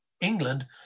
England